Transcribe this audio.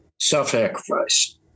self-sacrifice